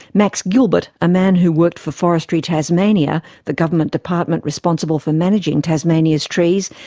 max gilbert, a man who worked for forestry tasmania, the government department responsible for managing tasmania's trees,